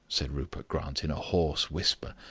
said rupert grant, in a hoarse whisper,